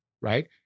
right